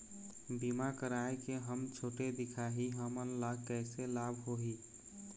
बीमा कराए के हम छोटे दिखाही हमन ला कैसे लाभ होही?